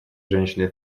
женщины